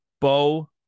Bo